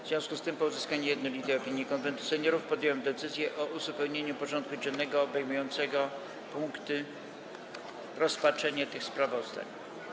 W związku z tym, po uzyskaniu jednolitej opinii Konwentu Seniorów, podjąłem decyzję o uzupełnieniu porządku dziennego o punkty obejmujące rozpatrzenie tych sprawozdań.